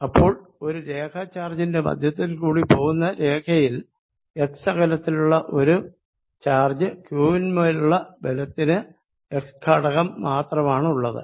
അപ്പോൾ ഒരു രേഖ ചാർജിന്റെ മധ്യത്തിൽ കൂടി പോകുന്ന രേഖയിൽ x അകലത്തിലുള്ള ഒരു ചാർജ് q വിന്മേലുള്ള ബലത്തിന് x ഘടകം മാത്രമാണുള്ളത്